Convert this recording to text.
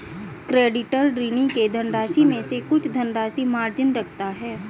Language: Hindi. क्रेडिटर, ऋणी के धनराशि में से कुछ धनराशि मार्जिन रखता है